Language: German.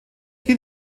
hier